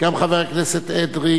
גם חבר הכנסת אדרי,